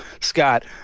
Scott